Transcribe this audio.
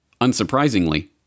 Unsurprisingly